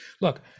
look